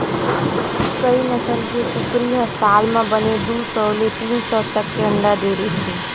कइ नसल के कुकरी ह साल म बने दू सौ ले तीन सौ तक के अंडा दे देथे